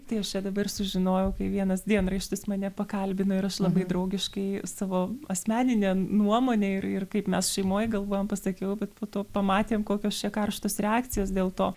tai aš čia dabar sužinojau kai vienas dienraštis mane pakalbino ir aš labai draugiškai savo asmeninę nuomonę ir ir kaip mes šeimoj galvojam pasakiau bet po to pamatėm kokios čia karštos reakcijos dėl to